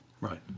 Right